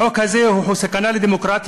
החוק הזה הוא סכנה לדמוקרטיה.